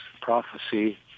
prophecy